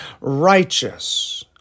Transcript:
righteous